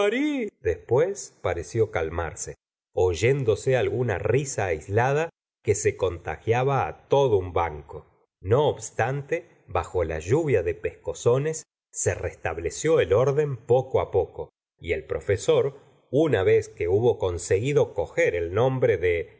después pareció calmarse oyéndose alguna risa aislada que se contagiaba it todo un banco no obstante bajo la lluvia de pescozones se restableció el orden poco poco y el profesor una vez que hubo conseguido coger el nombre de